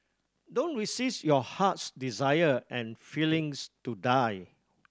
don't resist your heart's desire and feelings to die